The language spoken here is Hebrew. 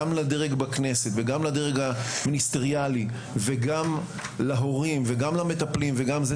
גם לדרג בכנסת וגם לדרג המיניסטריאלי וגם להורים וגם למטפלות וגם זה,